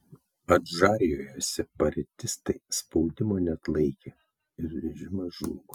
adžarijoje separatistai spaudimo neatlaikė ir režimas žlugo